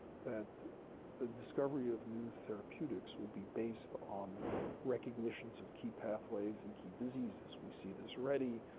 that the discovery of new therapeutics will be based on recognitions of key pathways and key diseases. we see this already,